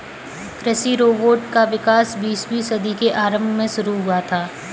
कृषि रोबोट का विकास बीसवीं सदी के आरंभ में शुरू हुआ था